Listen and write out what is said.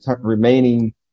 remaining